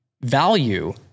value